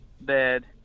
bed